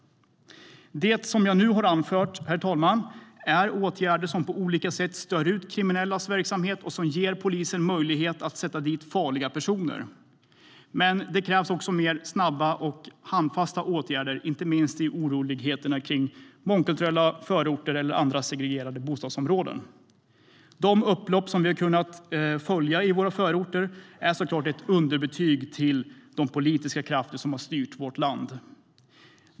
Det som jag nu har anfört är åtgärder som på olika sätt stör ut kriminellas verksamhet och som ger polisen möjlighet att sätta dit farliga personer. Men det krävs också mer snabba och handfasta åtgärder, inte minst mot oroligheter i mångkulturella förorter och andra segregerade bostadsområden.De upplopp som vi har kunnat följa i våra förorter är ett underkänt betyg till de politiska krafter som styrt vårt land.